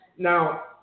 Now